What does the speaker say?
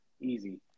easy